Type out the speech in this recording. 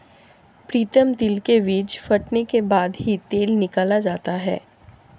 प्रीतम तिल के बीज फटने के बाद ही तेल निकाला जाता है